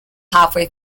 halfway